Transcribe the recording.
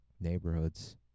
neighborhoods